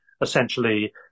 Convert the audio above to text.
essentially